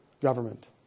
government